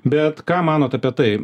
bet ką manot apie tai